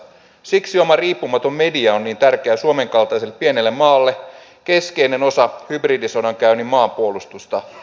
siksi oma riippumaton media on niin tärkeä suomen kaltaiselle pienelle maalle keskeinen osa hybridisodankäynnin maanpuolustusta